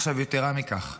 יתרה מכך,